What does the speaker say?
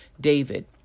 David